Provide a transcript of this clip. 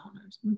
owners